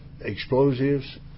explosives